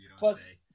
Plus